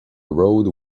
road